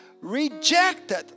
rejected